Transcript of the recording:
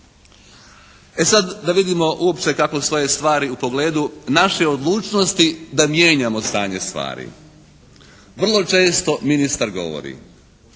E sad da vidimo uopće kako stoje stvari u pogledu naše odlučnosti da mijenjamo stanje stvari. Vrlo često ministar govori,